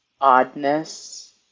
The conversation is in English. oddness